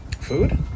Food